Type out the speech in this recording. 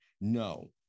No